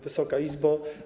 Wysoka Izbo!